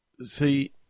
See